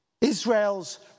Israel's